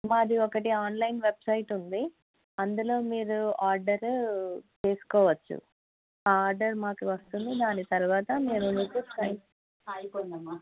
మాది ఒకటి online website ఉంది అందులో మీరు ఆర్డరు చేసుకోవచ్చు ఆ ఆర్డర్ మాకు వస్తుంది దాని తర్వాత మీరు మీకు ఆ అయిపోయిందమ్మా